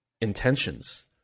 intentions